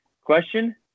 Question